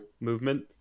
movement